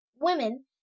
women